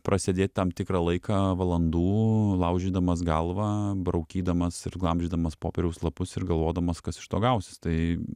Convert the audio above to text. prasėdėt tam tikrą laiką valandų laužydamas galvą braukydamas ir glamžydamas popieriaus lapus ir galvodamas kas iš to gausis tai